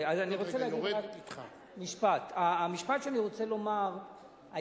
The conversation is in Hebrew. המשפט שאני רוצה לומר,